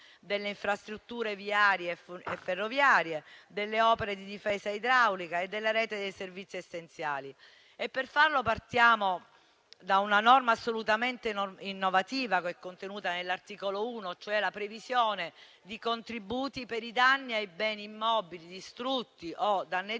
delle infrastrutture viarie e ferroviarie, delle opere di difesa idraulica e della rete dei servizi essenziali. Per farlo partiamo da una norma assolutamente innovativa, contenuta nell'articolo 1, cioè la previsione di contributi per i danni ai beni mobili distrutti o danneggiati